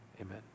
amen